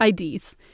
IDs